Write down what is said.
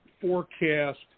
forecast